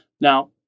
Now